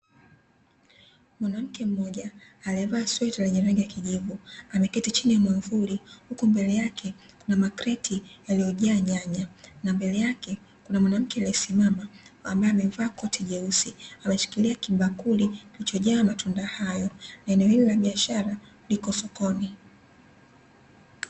Mwanamke mmoja aliyevaa sweta lenye rangi ya kijivu, ameketi chini ya mwamvuli huku mbele yake kuna makreti yaliyojaa nyanya na mbele yake kuna mwanamke aliyesimama ambaye amevaa koti jeusi ameshikili kibakuli kilichojaa matunda hayo, na eneo hili la biashara liko sokoni.